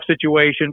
situation